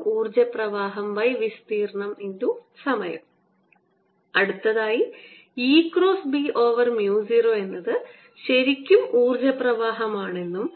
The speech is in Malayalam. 10EBSഊർജ്ജ പ്രവാഹംവിസ്തീർണ്ണം X സമയം അടുത്തതായി E cross B over mu 0 എന്നത് ശരിക്കും ഊർജ്ജ പ്രവാഹമാണെന്നും